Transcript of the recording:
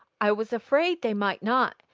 i was afraid they might not,